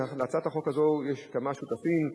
להצעת החוק הזו יש כמה שותפים: